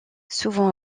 souvent